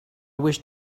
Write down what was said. wish